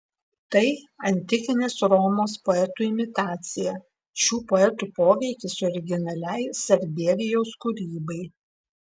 tai antikinės romos poetų imitacija šių poetų poveikis originaliai sarbievijaus kūrybai